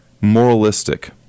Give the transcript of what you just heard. moralistic